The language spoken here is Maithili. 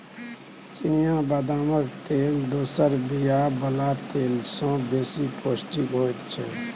चिनियाँ बदामक तेल दोसर बीया बला तेल सँ बेसी पौष्टिक होइ छै